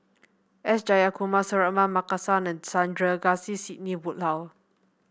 S Jayakumar Suratman Markasan and Sandrasegaran Sidney Woodhull